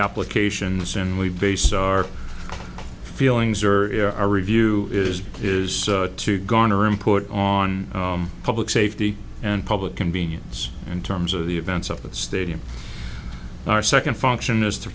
applications and we base our feelings are our review is is to garner input on public safety and public convenience in terms of the events of that stadium our second function is to